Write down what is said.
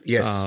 Yes